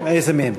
איזה מהם?